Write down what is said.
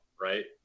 right